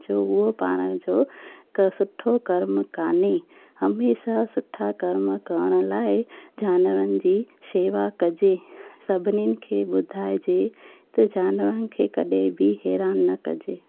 जो उहो पाण जो सुठो कर्म कोन्हे हमेशह सुठा कर्म करण लाइ जानवरनि जी सेवा कजे सभिनीनि खे ॿुधाइजे त जानवरनि खे कॾहिं बि हैरानु न कजे